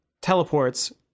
teleports